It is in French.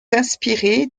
inspirés